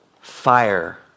fire